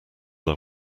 are